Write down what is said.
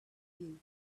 you